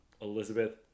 elizabeth